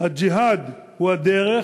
הג'יהאד הוא הדרך,